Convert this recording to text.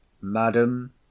Madam